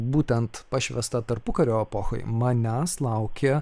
būtent pašvęstą tarpukario epochoje manęs laukė